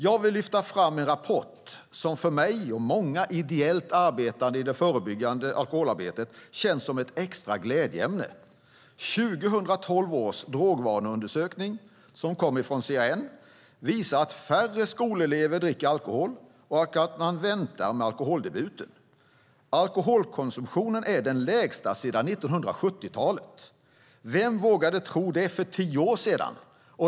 Jag vill lyfta fram en rapport som för mig och många ideellt arbetande i det förebyggande alkoholarbetet känns som ett extra glädjeämne. 2012 års drogvaneundersökning från CAN visar att färre skolelever dricker alkohol och att de väntar med alkoholdebuten. Alkoholkonsumtionen är den lägsta sedan 1970-talet. Vem vågade tro det för tio år sedan?